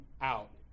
out